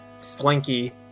slinky